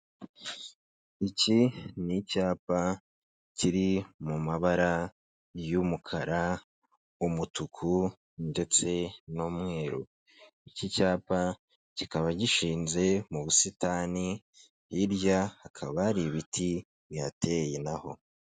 Iki ni icyapa kiri mu mabara y'umukara, umutuku ndetse n'umweru, iki cyapa kikaba gishinze mu busitani, hirya hakaba hari ibiti bihateye naho.